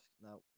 Now